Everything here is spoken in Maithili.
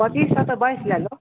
पच्चीस छऽ तऽ बाइस लऽ लए